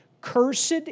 Cursed